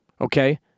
okay